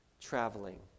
traveling